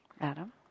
Adam